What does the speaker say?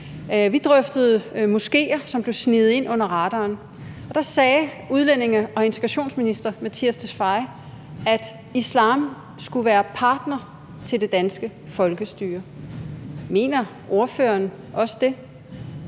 Vi drøftede moskéer, som blev sneget ind under radaren, og der sagde udlændinge- og integrationsministeren, at islam skulle være partner til det danske folkestyre. Mener ordføreren også det?